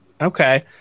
okay